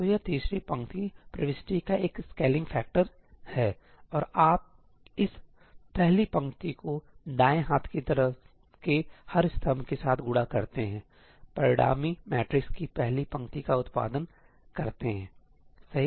तो यह तीसरी पंक्ति प्रविष्टि का एक स्केलिंग फैक्टर हैऔर आप इस पहली पंक्ति को दाएं हाथ की तरफ के हर स्तंभ के साथ गुणा करते हैं परिणामी मैट्रिक्स की पहली पंक्ति का उत्पादन करते हैं सही